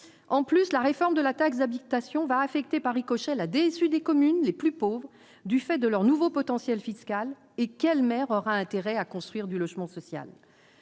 en plus la réforme de la taxe d'habitation va affecter par ricochet la DSU des communes les plus pauvres du fait de leur nouveau potentiel fiscal et quelle maire aura intérêt à construire du logement social,